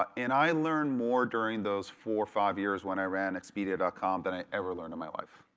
and i learned more during those four, five years when i ran expedia dot com than i ever learned in my life.